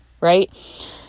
right